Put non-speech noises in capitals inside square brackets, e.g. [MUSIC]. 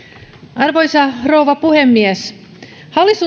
arvoisa rouva puhemies hallitus [UNINTELLIGIBLE]